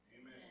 Amen